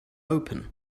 open